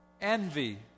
envy